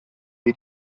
wir